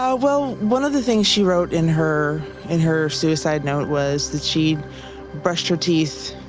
ah well, one of the things she wrote in her in her suicide note was that she brushed her teeth,